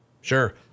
Sure